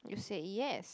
you said yes